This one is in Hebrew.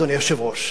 אדוני היושב-ראש,